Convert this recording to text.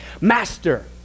Master